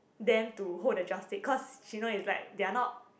them to hold the joss stick cause she know is like they are not